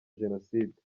jenoside